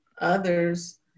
others